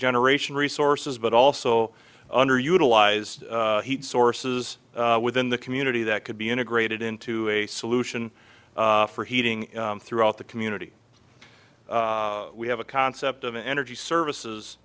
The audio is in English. generation resources but also underutilized heat sources within the community that could be integrated into a solution for heating throughout the community we have a concept of an energy services